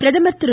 பிரதமர் திரு